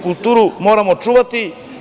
Kulturu moramo čuvati.